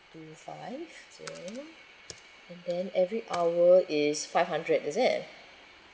two five then and then every hour is five hundred is it